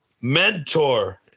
mentor